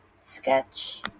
sketch